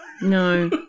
No